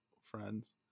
friends